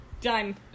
Done